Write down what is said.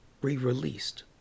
re-released